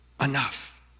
enough